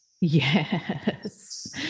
Yes